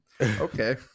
okay